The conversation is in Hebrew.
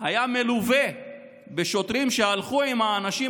היה מלווה בשוטרים שהלכו עם האנשים